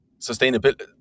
sustainability